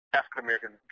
African-American